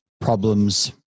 problems